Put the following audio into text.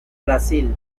brasil